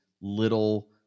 little